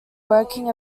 working